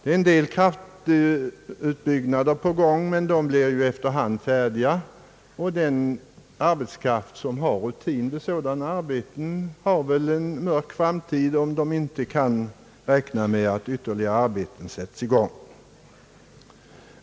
En del kraftverksutbyggnader är på gång, men de blir efter hand färdiga. Den arbetskraft som har rutin på sådana arbeten har väl en mörk framtid, om man inte kan räkna med att ytterligare arbeten sätts i gång.